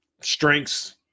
strengths